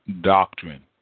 doctrine